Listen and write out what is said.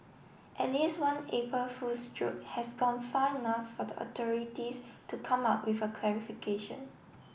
at least one April Fool's joke has gone far enough for the authorities to come out with a clarification